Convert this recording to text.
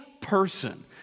person